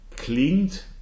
klingt